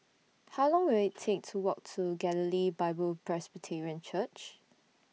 How Long Will IT Take to Walk to Galilee Bible Presbyterian Church